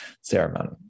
ceremony